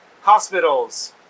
Hospitals